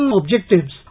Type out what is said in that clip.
objectives